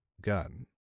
gun